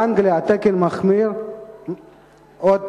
באנגליה התקן מחמיר עוד פחות.